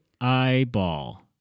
eyeball